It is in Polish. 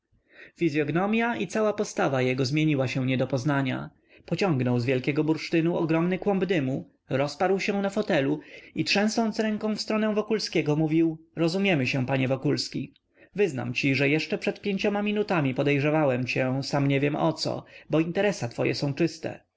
aha fizyognomia i cała postawa jego zmieniła się do niepoznania pociągnął z wielkiego bursztynu ogromny kłąb dymu rozparł się na fotelu i trzęsąc ręką w stronę wokulskiego mówił rozumiemy się panie wokulski wyznam ci że jeszcze przed pięcioma minutami podejrzewałem cię sam nie wiem o co bo interesa twoje są czyste